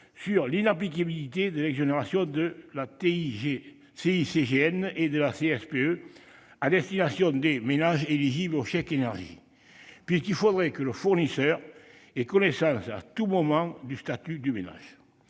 sur l'inapplicabilité de l'exonération de TICGN et de CSPE des ménages éligibles au chèque énergie, puisqu'il faudrait que le fournisseur ait connaissance à tout moment du statut du ménage.